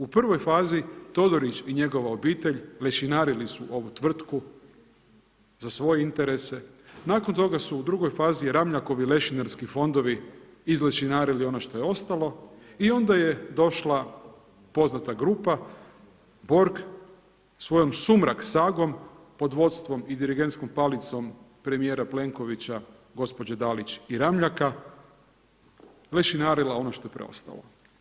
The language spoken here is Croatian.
U prvoj fazi Todorić i njega obitelj lešinarili su ovu tvrtku za svoje interese, nakon toga su u drugoj fazi Ramljakovi lešinarski fondovi izlešinarili ono što je ostalo i onda je došla poznata grupa Borg svojom Sumrak sagom pod vodstvom i dirigentskom palicom premijera Plenkovića, gospođe Dalić i Ramljaka lešinarila ono što je preostalo.